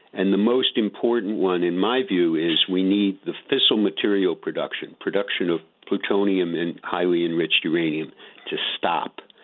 and the most important one in my view is we need the fissile material production production of plutonium and highly enriched uranium to stop.